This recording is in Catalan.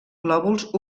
lòbuls